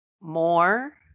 More